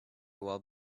while